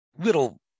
little